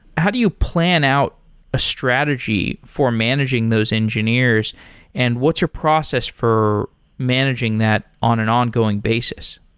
how do you plan out a strategy for managing those engineers and what's your process for managing that on an ongoing basis?